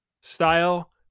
style